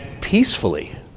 peacefully